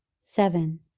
Seven